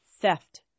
theft